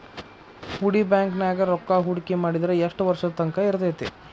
ಹೂಡಿ ಬ್ಯಾಂಕ್ ನ್ಯಾಗ್ ರೂಕ್ಕಾಹೂಡ್ಕಿ ಮಾಡಿದ್ರ ಯೆಷ್ಟ್ ವರ್ಷದ ತಂಕಾ ಇರ್ತೇತಿ?